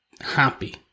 happy